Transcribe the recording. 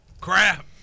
Crap